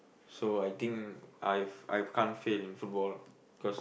so I think I've I can't fail in football because